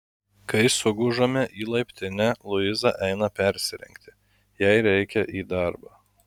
kai sugužame į laiptinę luiza eina persirengti jai reikia į darbą